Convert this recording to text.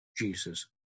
Jesus